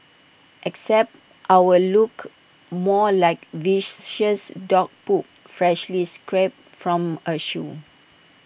except ours looked more like viscous dog poop freshly scraped from A shoe